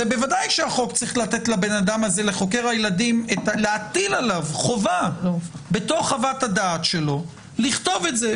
ודאי שהחוק צריך להטיל על חוקר הילדים חובה בחוות הדעת שלו לכתוב את זה,